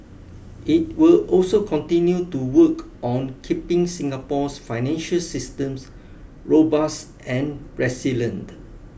it will also continue to work on keeping Singapore's financial systems robust and resilient